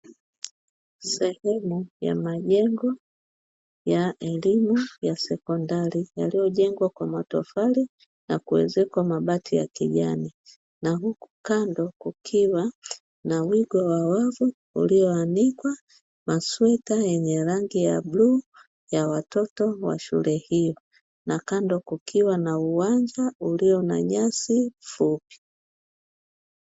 Sehemu ya majengo ya elimu ya sekondari yaliyojengwa kwa matofali na kuezekwa mabati ya kijani. Na huku kando kukiwa na wigo wa wavu ulioanikwa masweta yenye rangi ya bluu ya watoto wa shule hiyo, na kando kukiwa na uwanja ulio na nyasi fupi.